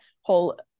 whole